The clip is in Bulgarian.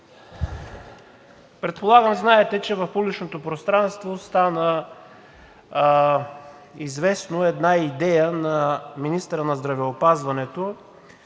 Предполагам, знаете, че в публичното пространство стана известна една идея на министъра на здравеопазването